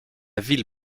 ville